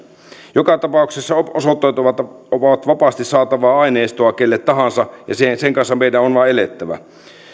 joka tapauksessa osoitteet ovat vapaasti saatavaa aineistoa kelle tahansa ja sen kanssa meidän on vain elettävä